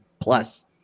Plus